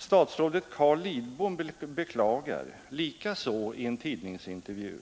Statsrådet Carl Lidbom beklagar, likaså i tidningsintervju,